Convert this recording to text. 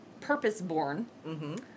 purpose-born